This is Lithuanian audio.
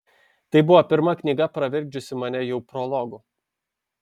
tai buvo pirma knyga pravirkdžiusi mane jau prologu